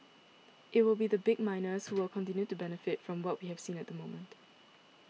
it will be the big miners who will continue to benefit from what we have seen at the moment